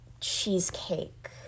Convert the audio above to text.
cheesecake